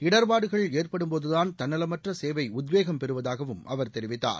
இடற்பாடுகள் ஏற்படும்போதுதான் தள்ளலமற்ற சேவை உத்வேகம் பெறுவதாகவும் அவர் தெரிவித்தார்